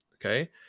Okay